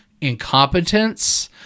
incompetence